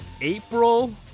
april